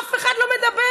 אף אחד לא מדבר.